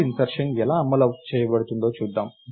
node insertion ఎలా అమలు చేయబడుతుందో చూద్దాం